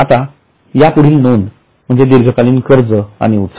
आता पुढील नोंद म्हणजे दीर्घकालीन कर्ज आणि उचल